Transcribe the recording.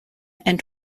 and